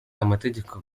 amategeko